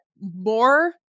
more